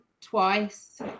twice